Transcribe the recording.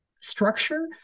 structure